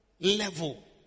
level